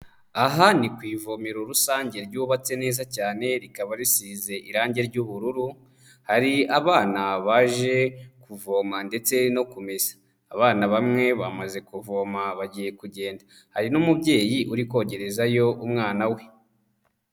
Aha ni ku ivomero rusange ryubatse neza cyane, rikaba risize irangi ry'ubururu, hari abana baje kuvoma ndetse no kumesa, abana bamwe bamaze kuvoma bagiye kugenda hari n'umubyeyi uri kogerezayo umwana we.